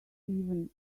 even